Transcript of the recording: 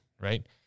right